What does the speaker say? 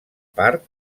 part